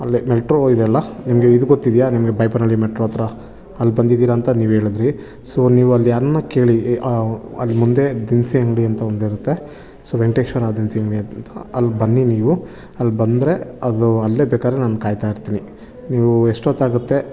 ಅಲ್ಲೇ ಮೆಟ್ರೋ ಇದ್ಯಲ್ಲ ನಿಮಗೆ ಇದು ಗೊತ್ತಿದೆಯಾ ನಿಮಗೆ ಬೈಯ್ಯಪ್ಪನಳ್ಳಿ ಮೆಟ್ರೋ ಹತ್ತಿರ ಅಲ್ಲಿ ಬಂದಿದ್ದೀರ ಅಂತ ನೀವು ಹೇಳಿದ್ರಿ ಸೊ ಅಲ್ಲಿ ನೀವು ಯಾರಾನ್ನ ಕೇಳಿ ಅಲ್ಲಿ ಮುಂದೆ ದಿನಸಿ ಅಂಗಡಿ ಅಂತ ಒಂದಿರುತ್ತೆ ಸೊ ವೆಂಕಟೇಶ್ವರ ದಿನಸಿ ಅಂಗಡಿ ಅಂತ ಅಲ್ಲಿ ಬನ್ನಿ ನೀವು ಅಲ್ಲಿ ಬಂದರೆ ಅದು ಅಲ್ಲೇ ಬೇಕಾದ್ರೆ ನಾನು ಕಾಯ್ತಾ ಇರ್ತೀನಿ ನೀವು ಎಷ್ಟೊತ್ತಾಗುತ್ತೆ